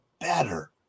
better